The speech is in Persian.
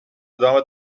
ادامه